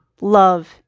Love